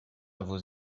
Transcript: vos